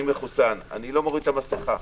אני מחוסן ואני לא מוריד את המסכה.